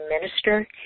minister